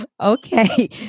Okay